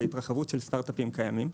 בהתרחבות של סטארט-אפים קיימים,